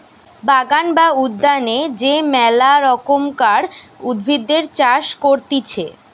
বাগান বা উদ্যানে যে মেলা রকমকার উদ্ভিদের চাষ করতিছে